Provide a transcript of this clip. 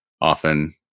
often